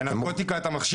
בנרקוטיקה אתה מכשיר אותם?